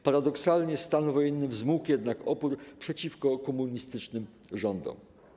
Paradoksalnie stan wojenny wzmógł jednak opór przeciwko komunistycznym rządom.